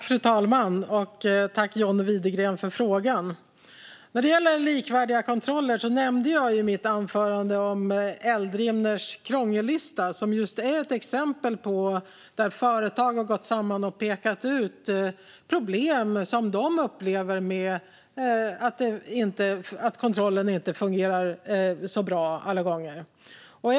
Fru talman! Tack, John Widegren, för frågan! I mitt anförande nämnde jag Eldrimners krångellista, apropå likvärdiga kontroller. Den är ett exempel på hur företag har gått samman och pekat ut problem som de upplever och som handlar om när kontroller inte alla gånger har fungerat bra.